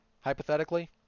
hypothetically